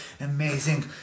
Amazing